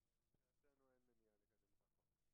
רוב המפעילים של המנופים הניידים מועסקים ישירות בחברות.